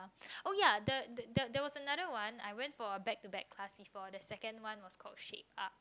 oh ya the the there was another one I went for a back to back class before the second one was call shake up